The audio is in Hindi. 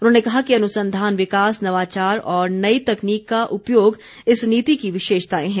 उन्होंने कहा कि अनुसंधान विकास नवाचार और नई तकनीक का उपयोग इस नीति की विशेषताएं हैं